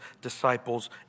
disciples